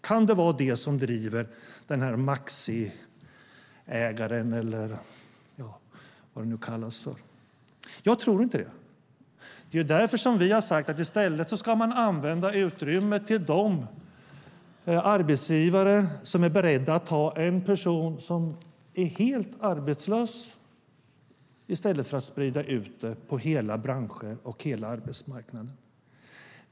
Kan det vara det som driver Maxiägaren, eller vad det nu kallas för? Jag tror inte det. Det är därför som vi har sagt att man ska använda utrymmet till de arbetsgivare som är beredda att ta en person som är helt arbetslös i stället för att sprida ut det på hela branscher och hela arbetsmarknaden.